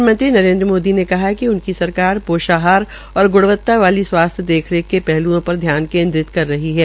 प्रधानमंत्री नरेन्द्र मोदी ने कहा है कि उनकी सरकार पोषाहार और गुणवत्ता वाली स्वास्थ्य देख रेख के पहल्ओं पर ध्यान केन्द्रित कर रही है